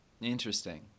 Interesting